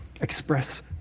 express